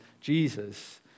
Jesus